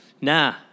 Nah